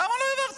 למה לא העברתם?